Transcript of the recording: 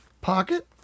pocket